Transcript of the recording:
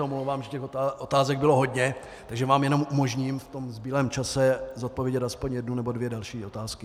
Omlouvám se, těch otázek bylo hodně, takže vám jenom umožním v tom zbylém čase zodpovědět aspoň jednu nebo dvě další otázky.